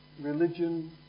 religion